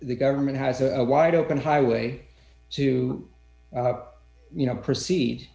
the government has a wide open highway to you know proceed